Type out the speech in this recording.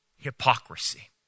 hypocrisy